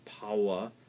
power